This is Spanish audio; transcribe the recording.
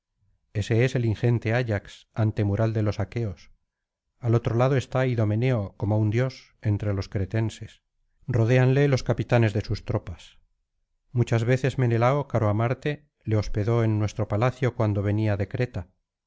ese es el ingente ayax antemural de los aqueos al otro lado está idomeneo como un dios entre los cretenses rodéanle los capitanes de sus tropas muchas veces menelao caro á marte le hospedó en nuestro palacio cuando venía de creta